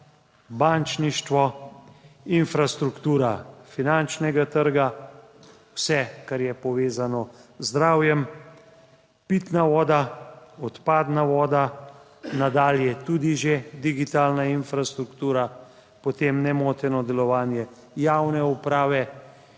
bančništvo, infrastruktura finančnega trga, vse, kar je povezano z zdravjem, pitna voda, odpadna voda, nadalje tudi že digitalna infrastruktura, potem nemoteno delovanje javne uprave,